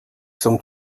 som